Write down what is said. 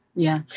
yeah.